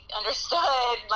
understood